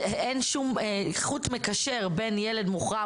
אין שום חוט מקשר בין ילד מוחרם,